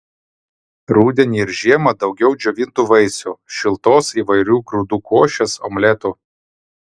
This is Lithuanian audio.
rudenį ir žiemą daugiau džiovintų vaisių šiltos įvairių grūdų košės omletų